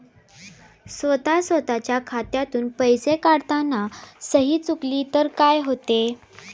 स्वतः स्वतःच्या खात्यातून पैसे काढताना सही चुकली तर काय होते?